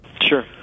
sure